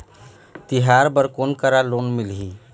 तिहार बर कोन करा लोन मिलही?